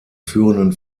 führenden